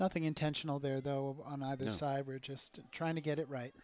nothing intentional there though on either side were just trying to get it right